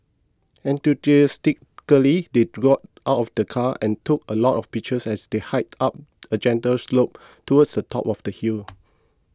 enthusiastically they got out of the car and took a lot of pictures as they hiked up a gentle slope towards the top of the hill